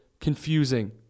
confusing